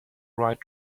right